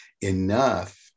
enough